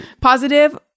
Positive